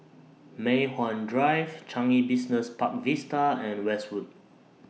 Mei Hwan Drive Changi Business Park Vista and Westwood